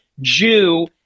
jew